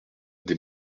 des